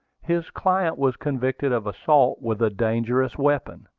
his client was convicted of assault with a dangerous weapon,